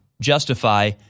justify –